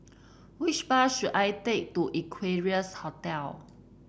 which bus should I take to Equarius Hotel